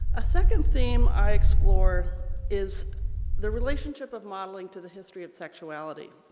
a second theme i explore is the relationship of modeling to the history of sexuality.